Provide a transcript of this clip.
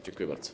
Dziękuję bardzo.